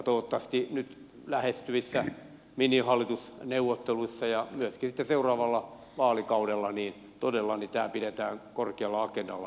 toivottavasti nyt lähestyvissä minihallitusneuvotteluissa ja myöskin seuraavalla vaalikaudella todella tämä pidetään korkealla agendalla